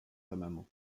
samemu